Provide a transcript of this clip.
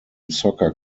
soccer